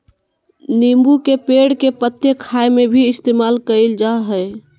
नींबू के पेड़ के पत्ते खाय में भी इस्तेमाल कईल जा हइ